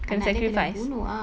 anak dia kena bunuh ah